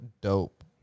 dope